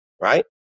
Right